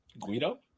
Guido